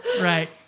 Right